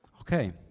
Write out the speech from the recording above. Okay